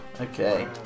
Okay